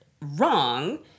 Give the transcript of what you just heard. wrong